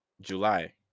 July